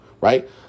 Right